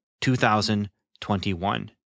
2021